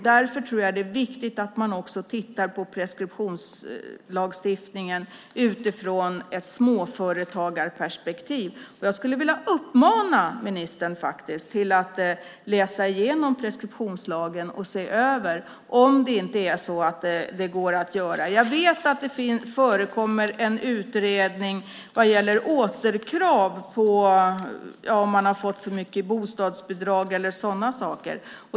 Därför tror jag att det är viktigt att också titta på preskriptionslagstiftningen utifrån ett småföretagarperspektiv. Jag skulle vilja uppmana ministern att läsa igenom preskriptionslagen och att se över om det inte går att göra det. Jag vet att det finns en utredning om återkrav - om man har fått för mycket i bostadsbidrag och sådant.